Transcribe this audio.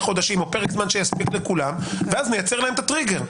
חודשים או פרק זמן שיספיק לכולם ואז נייצר להם את הטריגר.